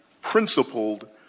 principled